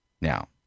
Now